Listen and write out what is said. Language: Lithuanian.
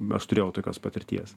aš turėjau tokios patirties